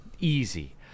easy